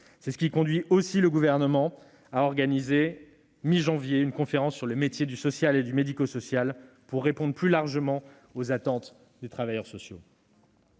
C'est ce qui conduit également le Gouvernement à organiser à la mi-janvier une conférence sur les métiers du social et du médico-social, pour répondre plus largement aux attentes des travailleurs sociaux.